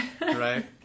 right